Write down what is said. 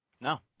No